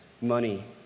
money